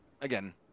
again